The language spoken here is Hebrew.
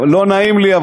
לא נעים לי,